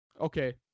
Okay